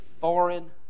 foreign